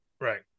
Right